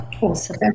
Awesome